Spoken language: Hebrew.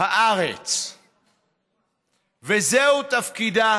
הארץ וזהו תפקידה.